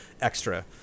extra